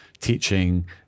teaching